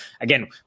Again